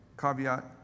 caveat